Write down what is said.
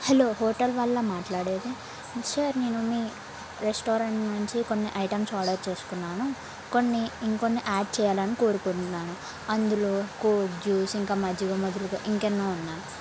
hello hotel వాళ్ళా మాట్లాడేది sir నేను మీ రెస్టారెంట్ నుంచి కొన్ని ఐటమ్స్ ఆర్డర్ చేసుకున్నాను కొన్ని ఇంకొన్ని యాడ్ చేయాలని కోరుకుంటున్నాను అందులో కోక్ జ్యూస్ ఇంకా మజ్జిగ మొదలుగా ఇంకెన్నో ఉన్నాను